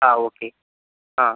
ആ ഓക്കേ ആ